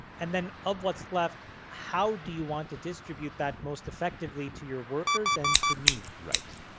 and then of what's left, how do you want to distribute that most effectively to your workers and to me? right.